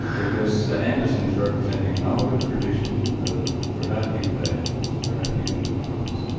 because anderson is representing an older tradition of productive values, productive enterprise.